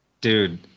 dude